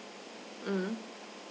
mm